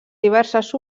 diverses